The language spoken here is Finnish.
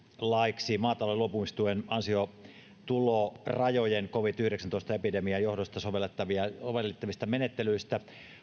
laiksi maatalouden luopumistuen ansiotulorajojen covid yhdeksäntoista epidemian johdosta sovellettavista menettelyistä